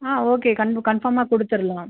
okay கன்ஃபு கன்ஃபார்மாக கொடுத்துரலாம்